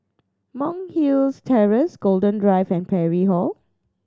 Monk Hill's Terrace Golden Drive and Parry Hall